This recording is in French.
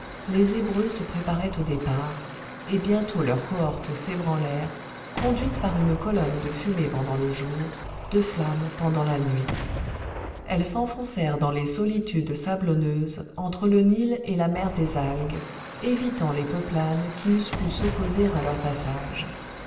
les hébreux se préparaient au départ et bientôt leurs cohortes s'ébranlèrent conduites par une colonne de fumée pendant le jour de flamme pendant la nuit elles s'enfoncèrent dans les solitudes sablonneuses entre le nil et la mer des algues évitant les peuplades qui eussent pu s'opposer à leur passage